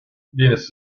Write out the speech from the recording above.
venus